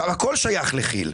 הכל שייך לכי"ל,